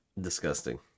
Disgusting